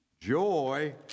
Joy